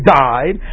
died